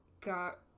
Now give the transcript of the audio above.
got